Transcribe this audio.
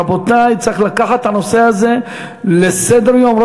רבותי, להעלות את הנושא הזה על סדר-היום.